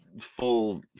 full